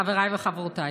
חבריי וחברותיי,